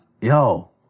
Yo